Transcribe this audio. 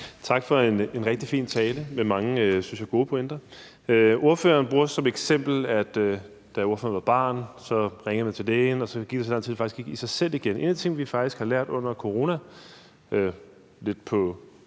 Tak for en rigtig fin tale med mange, synes jeg, gode pointer. Ordføreren bruger som eksempel, at da ordføreren var barn, ringede man til lægen, og så gik der så lang tid, at det faktisk gik i sig selv igen. En af de ting, vi faktisk har lært under coronaen, det er